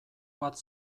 bat